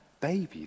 baby